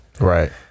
right